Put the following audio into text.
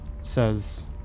says